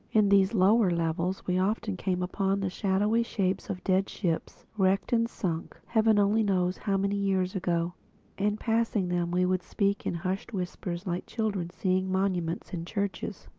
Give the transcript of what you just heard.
in these lower levels we often came upon the shadowy shapes of dead ships, wrecked and sunk heaven only knows how many years ago and passing them we would speak in hushed whispers like children seeing monuments in churches.